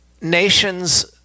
nations